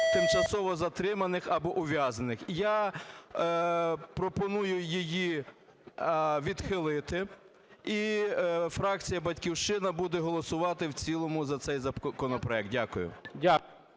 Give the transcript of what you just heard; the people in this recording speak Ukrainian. тимчасово затриманих або ув'язнених. Я пропоную її відхилити. І фракція "Батьківщина" буде голосувати в цілому за цей законопроект. Дякую.